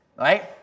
Right